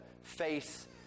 face